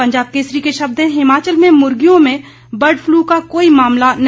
पंजाब केसरी के शब्द हैं हिमाचल में मुर्गियों में बर्ड फ्लू का कोई मामला नहीं